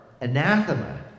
anathema